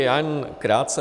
Já jen krátce.